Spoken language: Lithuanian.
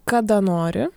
kada nori